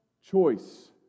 choice